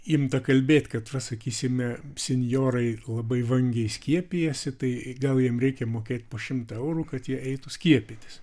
imta kalbėt kad va sakysime senjorai labai vangiai skiepijasi tai gal jam reikia mokėti po šimtą eurų kad jie eitų skiepytis